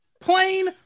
plain